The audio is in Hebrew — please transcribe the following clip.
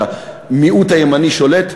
שהמיעוט הימני שולט,